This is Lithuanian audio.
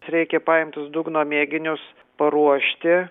reikia paimtus dugno mėginius paruošti